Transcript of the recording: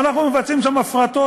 אנחנו מבצעים שם הפרטות.